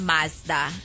Mazda